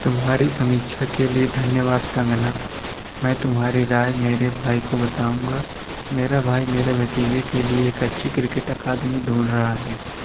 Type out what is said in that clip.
तुम्हारी समीक्षा के लिए धन्यवाद कंगना मैं तुम्हारी राय मेरे भाई को बताऊँगा मेरा भाई मेरे भतीजे के लिए एक अच्छी क्रिकेट अकादमी ढूँढ रहा है